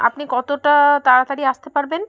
আপনি কতটা তাড়াতাড়ি আসতে পারবেন